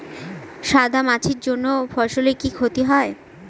সাদা মাছির জন্য ফসলের কি ক্ষতি হয়?